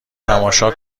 تماشا